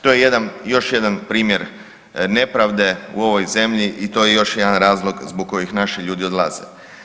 To je još jedan primjer nepravde u ovoj zemlji i to je još jedan razlog zbog kojih naši ljudi odlaze.